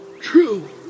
True